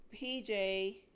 PJ